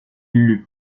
lut